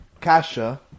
Kasha